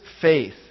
faith